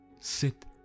Sit